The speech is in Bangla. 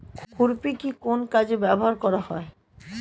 খুরপি কি কোন কাজে ব্যবহার করা হয়?